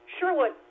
Sherwood